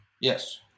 Yes